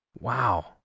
Wow